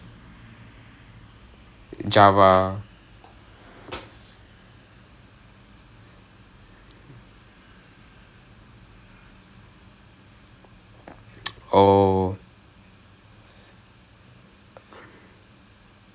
uh writing the code err but it's uh ya but I don't think unless err that's like the basic requirement to be like a good U_I fellow you need err kind of like understand customer it's like err it's a weird balancing kind of thing lah which I thought was really cool but